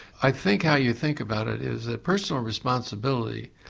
i think how you think about it is that personal responsibility,